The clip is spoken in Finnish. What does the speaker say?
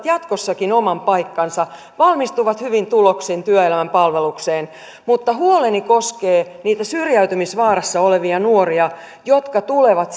jatkossakin oman paikkansa ja valmistuvat hyvin tuloksin työelämän palvelukseen mutta huoleni koskee niitä syrjäytymisvaarassa olevia nuoria jotka tulevat